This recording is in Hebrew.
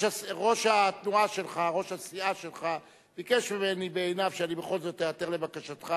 ראש הסיעה שלך ביקש ממני בעיניו שאני בכל איעתר לבקשתך.